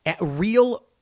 real